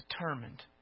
determined